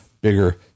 bigger